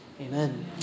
Amen